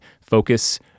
focus